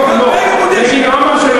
בגין מודה,